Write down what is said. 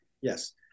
yes